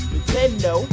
Nintendo